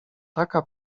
taka